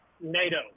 NATO